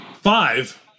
Five